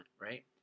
right